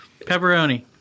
Pepperoni